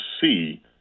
see